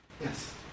Yes